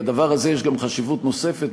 לדבר הזה יש גם חשיבות נוספת,